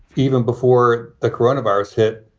even before the coronavirus hit,